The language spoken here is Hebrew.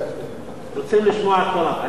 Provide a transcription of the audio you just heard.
רוצים לשמוע את טלב.